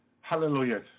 Hallelujah